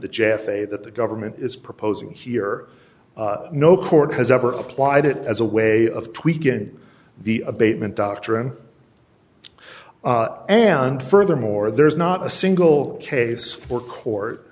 the jeff a that the government is proposing here no court has ever applied it as a way of tweaking the abatement doctrine and furthermore there's not a single case or court